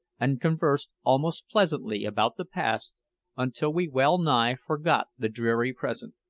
and conversed almost pleasantly about the past until we well-nigh forgot the dreary present.